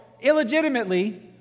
illegitimately